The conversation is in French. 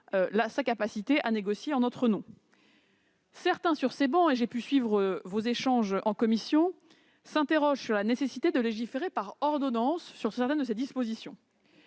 sa capacité à négocier en notre nom. Certains sur ces travées- j'ai pu suivre vos échanges en commission -s'interrogent sur la nécessité de légiférer par ordonnances sur certaines de ces dispositions.